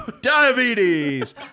Diabetes